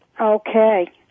Okay